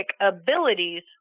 abilities